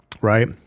Right